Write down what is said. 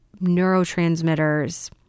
neurotransmitters